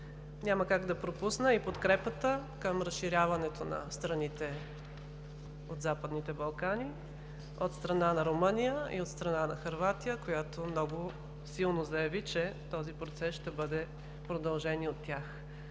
Няма как да пропусна и подкрепата към разширяването на страните от Западните Балкани от страна на Румъния и от страна на Хърватия, която много силно заяви, че този процес ще бъде продължен и от тях.